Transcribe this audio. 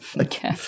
Okay